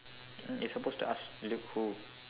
you're supposed to ask Luke who